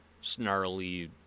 snarly